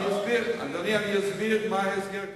אדוני, אני אסביר מה ההסגר כאן.